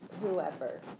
whoever